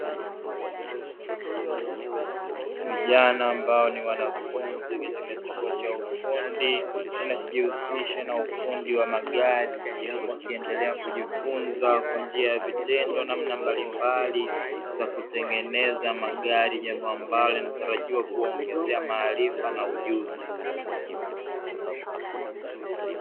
Vijana ambao ni wanafunzi katika chuo cha ufundi kinachojihusihsa na ufundi wa magari, wakiendelea kujifunza kwa njia ya vitendo namna mbalimbali za kutengeneza magari. Jambo ambalo linatarajiwa kuwaongezea maarifa na ujuzi.